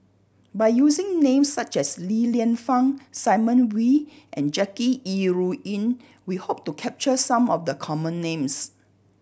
by using names such as Li Lienfung Simon Wee and Jackie Yi Ru Ying we hope to capture some of the common names